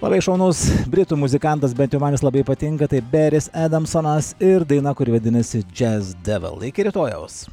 labai šaunus britų muzikantas bet jau man jis labai patinka tai beris edamsonas ir daina kuri vadinasi džias devil iki rytojaus